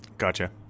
Gotcha